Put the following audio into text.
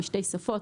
בשתי שפות,